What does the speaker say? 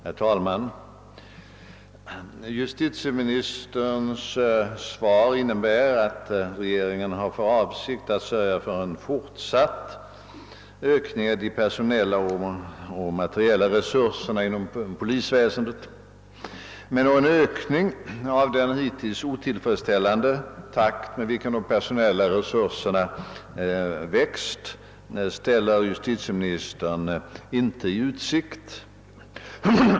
Herr talman! Justitieministerns svar innebär att regeringen har för avsikt att sörja för en fortsatt ökning av de personella och materiella resurserna inom polisväsendet, men någon stegring av den hittills otillfredsställande takt med vilken de personella resurserna växt ställer justitieministern inte i utsikt.